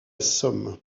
somme